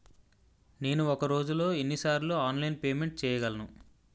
నేను ఒక రోజులో ఎన్ని సార్లు ఆన్లైన్ పేమెంట్ చేయగలను?